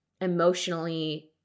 emotionally